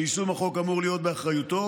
שיישום החוק אמור להיות באחריותו,